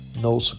No